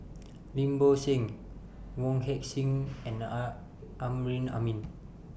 Lim Bo Seng Wong Heck Sing and A Amrin Amin